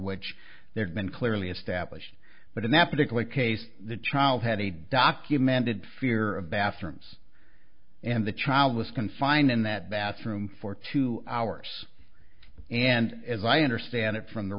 which they've been clearly established but in that particular case the child had a documented fear of bathrooms and the child was confined in that bathroom for two hours and as i understand it from the